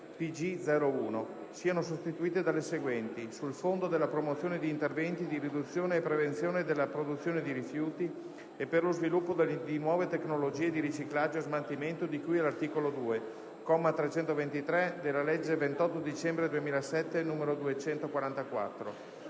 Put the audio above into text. PG01" siano sostituite dalle seguenti: "sul Fondo per la promozione di interventi di riduzione e prevenzione della produzione di rifiuti e per lo sviluppo di nuove tecnologie di riciclaggio e smaltimento di cui all'articolo 2, comma 323, della legge 28 dicembre 2007, n. 244";